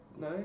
No